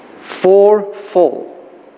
fourfold